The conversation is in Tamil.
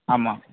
ஆமாம்